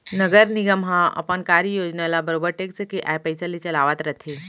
नगर निगम ह अपन कार्य योजना ल बरोबर टेक्स के आय पइसा ले चलावत रथे